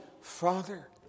Father